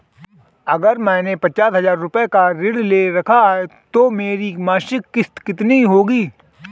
अगर मैंने पचास हज़ार रूपये का ऋण ले रखा है तो मेरी मासिक किश्त कितनी होगी?